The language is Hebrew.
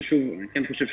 כן,